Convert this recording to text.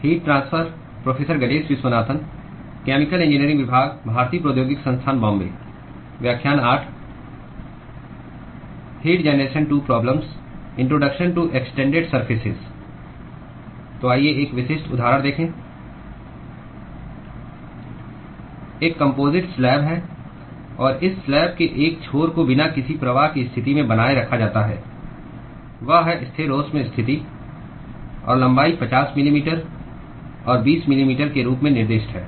एक composite slab है और इस स्लैब के एक छोर को बिना किसी प्रवाह की स्थिति में बनाए रखा जाता है वह है स्थिरोष्म स्थिति और लंबाई 50 मिलीमीटर और 20 मिलीमीटर के रूप में निर्दिष्ट है